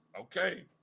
okay